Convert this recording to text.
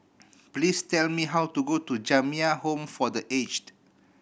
please tell me how to go to Jamiyah Home for The Aged